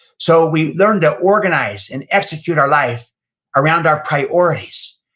so, we learn to organize and execute our life around our priorities,